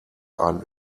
einen